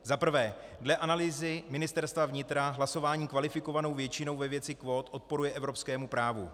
Za prvé, dle analýzy Ministerstva vnitra hlasování kvalifikovanou většinou ve věci kvót odporuje evropskému právu.